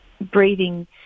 breathing